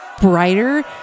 brighter